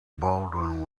baldwin